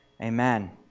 Amen